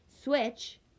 switch